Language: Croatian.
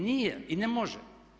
Nije i ne može.